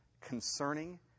Concerning